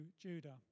Judah